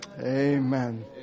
Amen